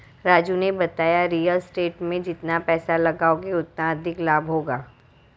राजू ने बताया real estate में जितना पैसे लगाओगे उतना अधिक लाभ होगा